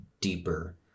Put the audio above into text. deeper